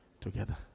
together